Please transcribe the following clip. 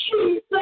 Jesus